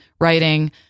writing